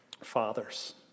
fathers